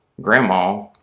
Grandma